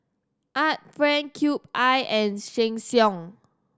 Art Friend Cube I and Sheng Siong